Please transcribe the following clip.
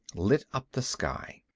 lit up the sky.